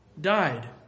died